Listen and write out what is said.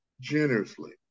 generously